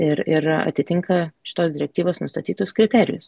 ir ir atitinka šitos direktyvos nustatytus kriterijus